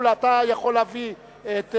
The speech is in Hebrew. אני רוצה לומר שהיו תודות רבות,